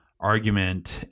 argument